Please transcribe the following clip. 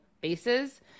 bases